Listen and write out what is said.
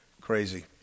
crazy